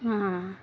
ആ ആ